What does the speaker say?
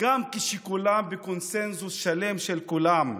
גם כשכולם בקונסנזוס שלם, של כולם,